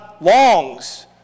longs